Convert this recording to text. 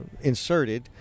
inserted